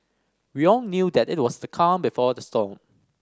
we all knew that it was the calm before the storm